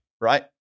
Right